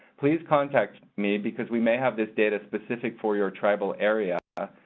please contact me because we may have this data specific for your tribal area.